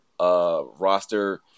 roster